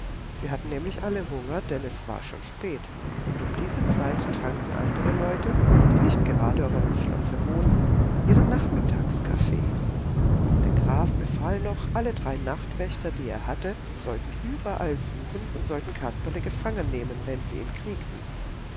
sie hatten nämlich alle hunger denn es war schon spät um diese zeit tranken andere leute die nicht gerade auf einem schlosse wohnten ihren nachmittagskaffee der graf befahl noch alle drei nachtwächter die er hatte sollten überall suchen und sollten kasperle gefangennehmen wenn sie ihn kriegten